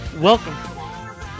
Welcome